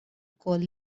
ukoll